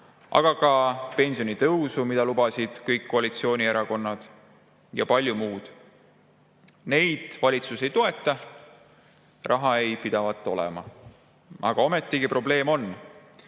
aga ka pensionitõusu kohta, mida lubasid kõik koalitsioonierakonnad, ja palju muud. Neid valitsus ei toeta. Raha ei pidavat olema. Aga ometigi probleem on,